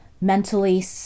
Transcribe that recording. mentally